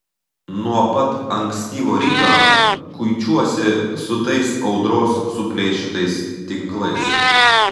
nuo pat ankstyvo ryto kuičiuosi su tais audros suplėšytais tinklais